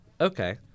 Okay